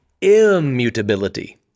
Immutability